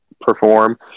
perform